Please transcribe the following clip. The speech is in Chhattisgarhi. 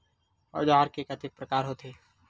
औजार के कतेक प्रकार होथे?